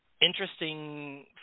Interesting